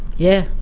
yeah,